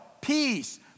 peace